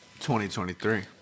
2023